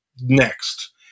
next